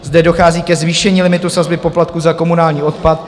Zde dochází ke zvýšení limitu sazby poplatku za komunální odpad.